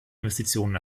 investitionen